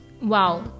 Wow